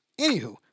Anywho